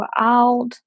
out